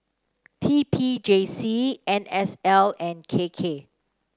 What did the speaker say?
T P J C N S L and K K